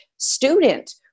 student